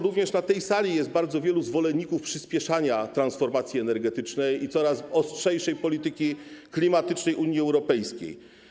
Również na tej sali jest bardzo wielu zwolenników przyspieszania transformacji energetycznej i coraz ostrzejszej polityki klimatycznej Unii Europejskiej.